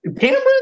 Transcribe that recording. cameras